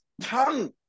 tongue